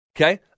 Okay